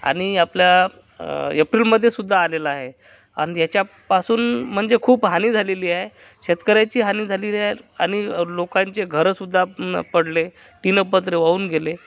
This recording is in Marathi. आणि आपला एप्रिलमध्ये सुद्धा आलेला आहे आणि याच्यापासून म्हणजे खूप हानी झालेली आहे शेतकऱ्यांची हानी झालेली आहे आणि लोकांचे घरंसुद्धा पडले तिलं पत्रे वाहून गेले